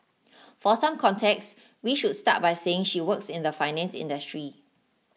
for some context we should start by saying she works in the finance industry